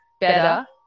better